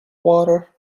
water